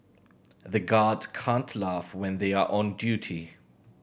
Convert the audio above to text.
the guards can't laugh when they are on duty